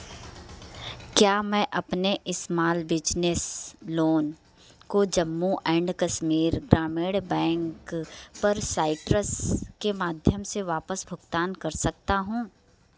क्या मैं अपने इसमाल बिज़नेस लोन को जम्मू एंड कश्मीर ग्रामीण बैंक पर साइट्रस के माध्यम से वापस भुगतान कर सकता हूँ